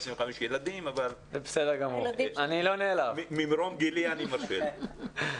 25 ילדים אבל ממרום גילי אני מרשה לעצמי.